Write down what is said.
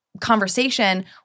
conversation